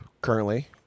currently